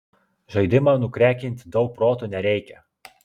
žaidimą nukrekinti daug proto nereikia